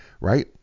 right